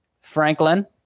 Franklin